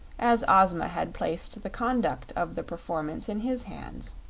as ozma had placed the conduct of the performance in his hands.